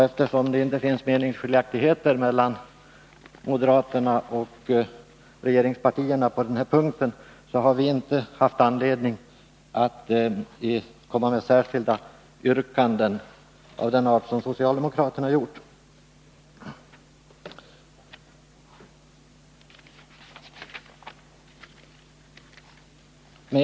Eftersom det inte finns meningsskiljaktigheter mellan moderaterna och regeringspartierna på denna punkt, har vi inte haft anledning att komma med särskilda yrkanden av den art som socialdemokraterna har framställt.